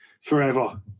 forever